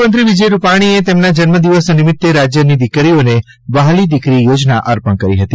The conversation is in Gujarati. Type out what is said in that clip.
મુખ્યમંત્રી શ્રી વિજયભાઇ રૂપાણીએ તેમના જન્મ દિવસ નિમિત્તે રાજયની દીકરીઓને વ્હાલી દીકરી યોજના અર્પણ કરી હતી